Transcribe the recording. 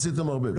עשיתם הרבה,